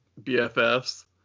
BFFs